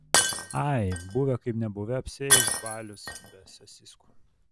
ai buvę kaip nebuvę apsieis balius be sasiskų